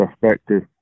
perspective